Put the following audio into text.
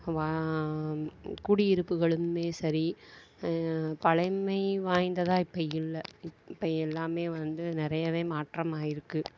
குடியிருப்புகளுமே சேரி பழமை வாய்ந்ததாக இப்போ இல்லை இப்போ எல்லாமே வந்து நிறையவே மாற்றம் ஆயிருக்கு